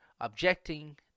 objecting